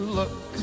look